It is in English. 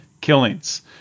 killings